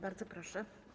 Bardzo proszę.